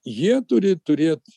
jie turi turėt